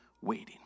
waiting